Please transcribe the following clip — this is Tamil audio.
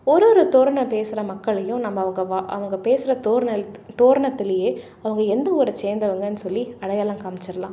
ஒரு ஒரு தோரணை பேசுகிற மக்களையும் நம்ம அவங்க வா அவங்க பேசுகிற தோரணை தோரணத்திலேயே அவங்க எந்த ஊரை சேர்ந்தவுங்கன்னு சொல்லி அடையாளம் காமிச்சிடலாம்